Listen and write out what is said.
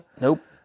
Nope